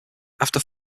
after